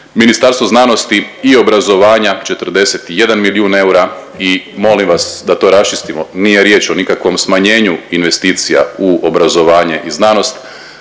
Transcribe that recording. Ministarstvo znanosti i obrazovanja 41 milijun eura i molim vas da to raščistimo nije riječ o nikakvom smanjenju investicija u obrazovanje i znanost,